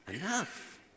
enough